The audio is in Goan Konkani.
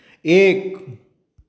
एक